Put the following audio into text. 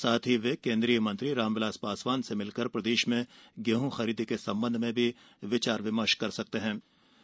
साथ ही वे केन्द्रीय मंत्री रामविलास पासवान से मिलकर प्रदेश में गेहूं खरीदी के संबंध में भी विचार विमर्श करेंगे